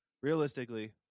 realistically